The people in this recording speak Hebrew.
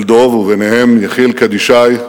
של דב, וביניהם יחיאל קדישאי,